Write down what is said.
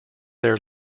their